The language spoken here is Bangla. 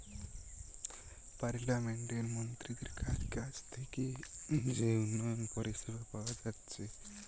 পার্লামেন্টের মন্ত্রীদের কাছ থিকে যে উন্নয়ন পরিষেবা পাওয়া যাচ্ছে